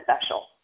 special